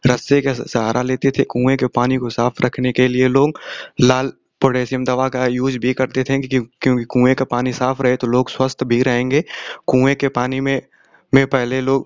रस्से का सहारा लेते थे कुएँ के पानी को साफ रखने के लिए लोग लाल पोटेसीयम दवा का यूज़ भी करते थे क्योंकि उ क्योंकि कुएँ का पानी साफ रहे तो लोग स्वस्थ भी रहेंगे कुएँ के पानी में में पहले लोग